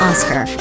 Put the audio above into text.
Oscar